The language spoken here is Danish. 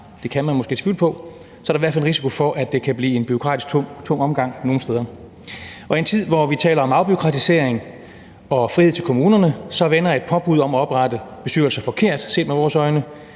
det kan man måske tvivle på – så er der i hvert fald en risiko for, det kan blive en bureaukratisk tung omgang nogle steder. I en tid, hvor vi taler om afbureaukratisering og frihed til kommunerne, vender et påbud om at oprette bestyrelser den forkerte vej set med vores øjne.